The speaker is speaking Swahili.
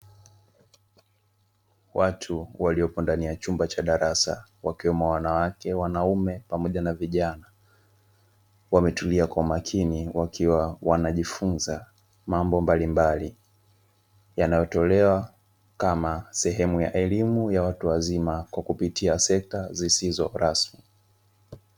Watu waliopo ndani ya chumba cha darasa wakiwemo wanawake wanaume pamoja na vijana, wametulia kwa makini wakiwa wanajifunza mambo mbalimbali yanayotolewa kama sehemu ya elimu ya watu wazima kwa kupitia sekta zisizo ramsi.